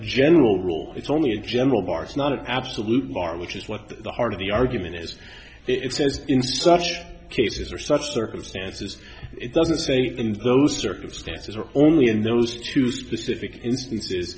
general rule it's only a general marks not an absolute bar which is what the heart of the argument is it says in such cases or such circumstances it doesn't say in those circumstances or only in those two specific instances